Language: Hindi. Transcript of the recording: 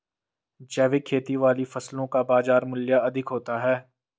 जैविक खेती वाली फसलों का बाजार मूल्य अधिक होता है